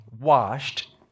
washed